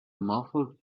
muffled